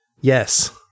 Yes